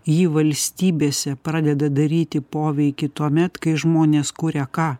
ji valstybėse pradeda daryti poveikį tuomet kai žmonės kuria ką